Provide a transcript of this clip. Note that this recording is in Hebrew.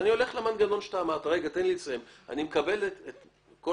הבעיה היא לא